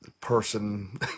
person